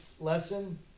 lesson